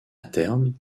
terme